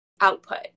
output